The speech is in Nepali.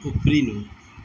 उफ्रिनु